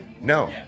No